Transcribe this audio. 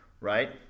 right